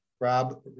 Rob